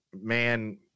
man